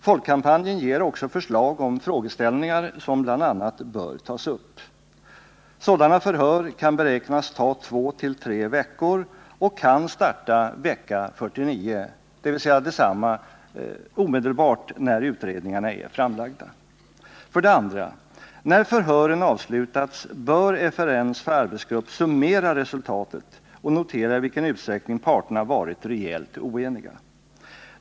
Folkkampanjen ger också förslag om frågeställningar som bland andra bör tas upp. Sådana förhör kan beräknas ta två å tre veckor och kan starta i vecka 49, dvs. omedelbart efter det att utredningarna är framlagda. 2. När förhören avslutats bör FRN:s arbetsgrupp summera resultatet och notera i vilken utsträckning parterna varit rejält oeniga.